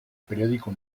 periódico